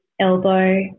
elbow